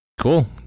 cool